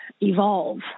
evolve